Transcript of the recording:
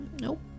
Nope